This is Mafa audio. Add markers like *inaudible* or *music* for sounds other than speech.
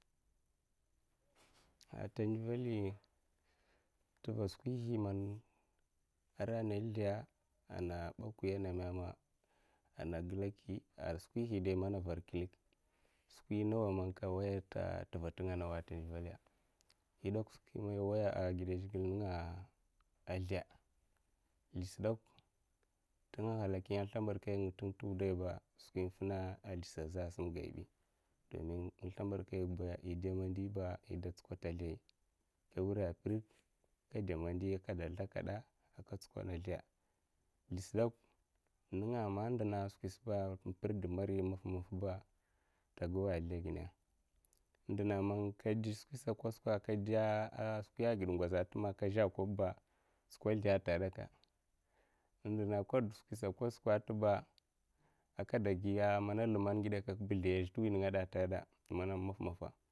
*noise* A ta ndivuyi tiva skwiti man ara na slda ana baki ana meme ana gilaki a skwisdai mana ayar khite skwi in nawa man kawa'a, tva tinga in nawa yida kwa skwi imama waya'a agida zhikle nga'a, a slida, slidasadak tinga a ghalaki a in slimbadkainga tuiwudaiba skwi in fina slidi sa azha singa yibi domin in slimadkaiga ida mandiba ida tsikada a slidai ka wura'an pirik a kade amandi kada slidakada aka tsukana aslida, slidisa dok nga man ndina skwisba in pirda mari maff maffba ta gowa a slida gina inda man kada skwisi kwasak kada a skwi agid nzoga man zha a kobba tsukwa slida tagedaka indin kada skwisa akwasukka taba a kada giya a luman ngidakukba slidai azhe tuwinin da tagaka mana in maffa'maffa.